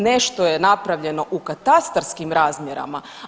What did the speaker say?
Nešto je napravljeno u katastarskim razmjerima.